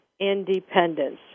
independence